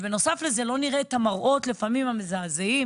ובנוסף לזה, לא נראה את המראות לפעמים המזעזעים